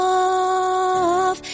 off